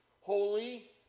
holy